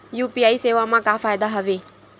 UPI सेवा मा का फ़ायदा हवे?